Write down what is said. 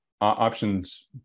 options